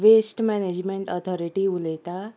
waste management authority उलयता